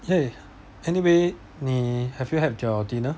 ya anyway 你 have you had your dinner